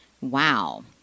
Wow